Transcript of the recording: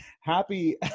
Happy